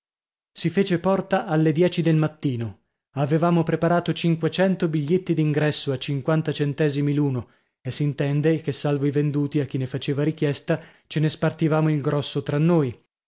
si fece porta alle dieci del mattino avevamo preparato cinquecento biglietti d'ingresso a cinquanta centesimi l'uno e s'intende che salvo i venduti a chi ne faceva richiesta ce ne spartivamo il grosso tra noi